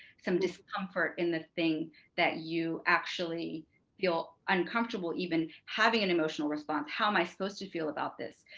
some discomfort in the thing that you actually feel uncomfortable even having an emotional response, how am i supposed to feel about this?